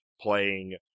playing